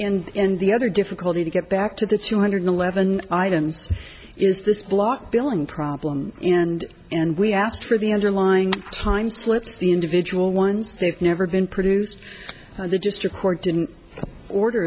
inflamed and the other difficulty to get back to the two hundred eleven items is this block billing problem and and we asked for the underlying time slips the individual ones they've never been produced they just record in order